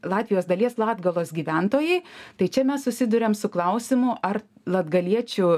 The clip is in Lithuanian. latvijos dalies latgalos gyventojai tai čia mes susiduriam su klausimu ar latgaliečių